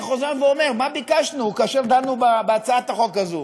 אני חוזר ואמר: מה ביקשנו כאשר דנו בהצעת החוק הזאת?